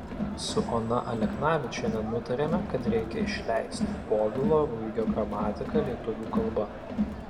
su ona aleknavičiene nutarėme kad reikia išleisti povilo ruigio gramatiką lietuvių kalba